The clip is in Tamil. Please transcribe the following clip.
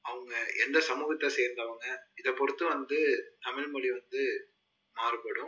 அவங்க எந்த சமூகத்தை சேர்ந்தவுங்க இதை பொருத்தும் வந்து தமிழ் மொழி வந்து மாறுபடும்